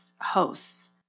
hosts